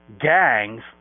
gangs